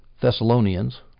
Thessalonians